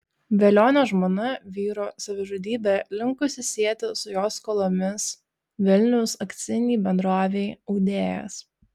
velionio žmona vyro savižudybę linkusi sieti su jo skolomis vilniaus akcinei bendrovei audėjas